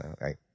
right